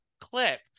clip